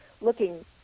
looking